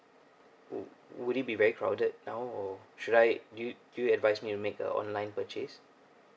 would it be very crowded now or should I do you do you advise me make a online purchase